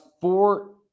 four